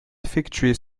effectuée